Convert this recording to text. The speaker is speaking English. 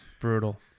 Brutal